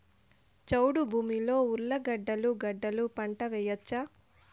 చౌడు భూమిలో ఉర్లగడ్డలు గడ్డలు పంట వేయచ్చా?